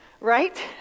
right